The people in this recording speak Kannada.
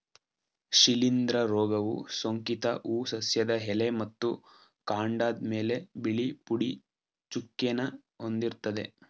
ಶಿಲೀಂಧ್ರ ರೋಗವು ಸೋಂಕಿತ ಹೂ ಸಸ್ಯದ ಎಲೆ ಮತ್ತು ಕಾಂಡದ್ಮೇಲೆ ಬಿಳಿ ಪುಡಿ ಚುಕ್ಕೆನ ಹೊಂದಿರ್ತದೆ